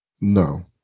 No